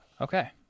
Okay